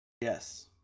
Yes